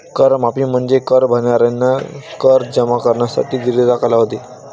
कर माफी म्हणजे कर भरणाऱ्यांना कर जमा करण्यासाठी दिलेला कालावधी